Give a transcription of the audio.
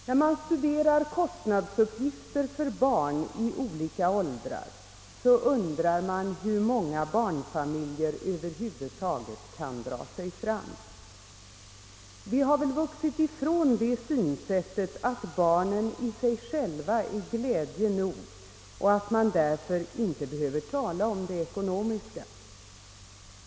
När man studerar kostnadsuppgifter för barn i olika åldrar undrar man hur många barnfamiljer över huvud taget kan dra sig fram. Vi har väl vuxit ifrån det synsättet att barnen i sig själva är glädje nog och att man därför inte behöver tala om det ekonomiska.